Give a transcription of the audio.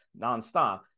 nonstop